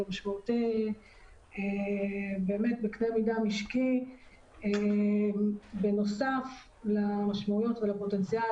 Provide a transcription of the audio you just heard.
משמעותי באמת בקנה מידה משקי בנוסף למשמעויות ולפוטנציאל